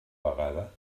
vegada